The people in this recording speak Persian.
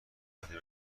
بهتری